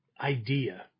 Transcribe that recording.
idea